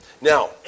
Now